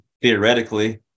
theoretically